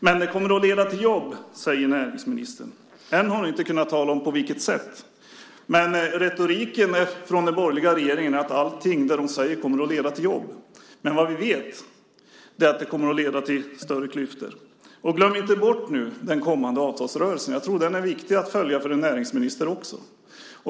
Men det kommer att leda till jobb, säger näringsministern. Än har ni inte kunnat tala om på vilket sätt. Retoriken från den borgerliga regeringen är att allt de talar om kommer att leda till jobb, men vad vi vet är att det kommer att leda till större klyftor. Glöm inte bort den kommande avtalsrörelsen. Jag tror att den är viktig att följa för en näringsminister också.